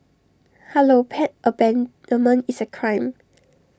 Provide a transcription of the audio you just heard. hello pet abandonment is A crime